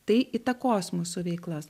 tai įtakos mūsų veiklas